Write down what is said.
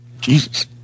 Jesus